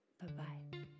bye-bye